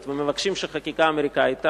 ומבקשים שהחקיקה האמריקנית תעבוד,